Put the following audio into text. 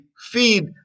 feed